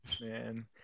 man